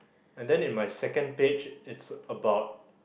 and then in my second page it's about